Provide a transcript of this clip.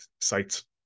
sites